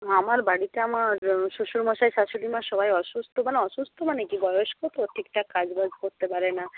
আমার বাড়িতে আমার শ্বশুরমশাই শাশুড়িমা সবাই অসুস্থ মানে অসুস্থ মানে কী বয়স্ক তো ঠিকঠাক কাজ বাজ করতে পারে না